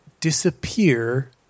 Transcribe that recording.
disappear